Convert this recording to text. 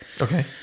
Okay